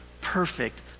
perfect